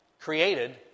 created